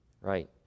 right